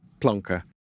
plonker